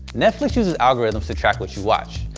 netflix uses algorithms to track what you watch.